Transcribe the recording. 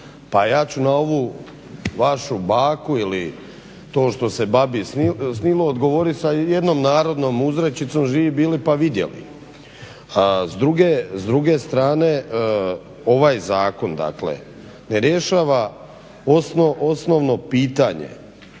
pa ja ću na ovu vašu baku ili to što se babi snilo odgovoriti sa jednom narodnom uzrečicom "Živi bili pa vidjeli". S druge strane ova zakon dakle ne rješava osnovno pitanje